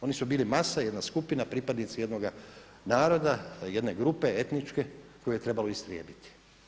Oni su bili masa, jedna skupina, pripadnici jednoga naroda, jedne grupe etničke koju je trebalo istrijebiti.